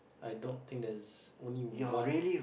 i don't think that's what you want